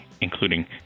including